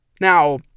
Now